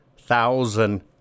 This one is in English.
thousand